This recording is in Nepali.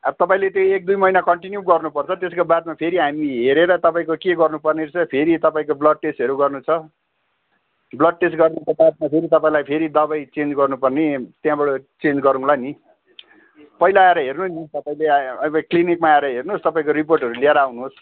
अब तपाईँले त्यो एक दुई महिना कन्टिन्यू गर्नुपर्छ त्यसको बादमा फेरि हामी हेरेर तपाईँको के गर्नु पर्ने रहेछ फेरि तपाईँको ब्लड टेस्टहरू पनि गर्नु छ ब्लड टेस्ट गर्नुको बादमा फेरि तपाईँलाई फेरि दबाई चेन्ज गर्नुपर्ने त्यहाँबाट चेन्ज गरौँला नि पहिला आएर हेर्नु नि तपाईँले अब क्लिनिकमा आएर हेर्नुहोस् तपाईँको रिपोर्टहरू ल्याएर आउनुहोस्